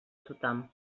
tothom